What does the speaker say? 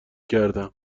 کردم